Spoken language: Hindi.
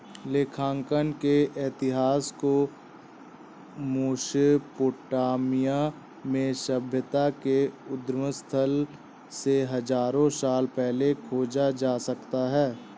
लेखांकन के इतिहास को मेसोपोटामिया में सभ्यता के उद्गम स्थल से हजारों साल पहले खोजा जा सकता हैं